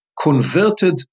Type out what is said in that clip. converted